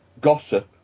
gossip